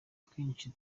twinshi